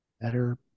Better